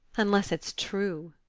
unless it's true.